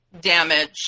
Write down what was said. damage